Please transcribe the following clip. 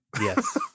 yes